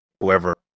whoever